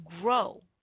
grow